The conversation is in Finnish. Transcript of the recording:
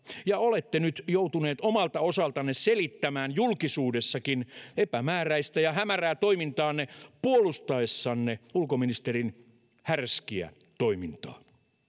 ja olette nyt joutuneet omalta osaltanne selittämään julkisuudessakin epämääräistä ja hämärää toimintaanne puolustaessanne ulkoministerin härskiä toimintaa